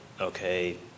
okay